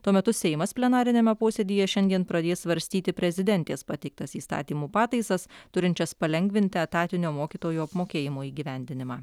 tuo metu seimas plenariniame posėdyje šiandien pradės svarstyti prezidentės pateiktas įstatymų pataisas turinčias palengvinti etatinio mokytojų apmokėjimo įgyvendinimą